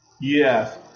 Yes